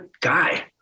guy